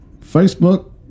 Facebook